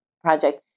project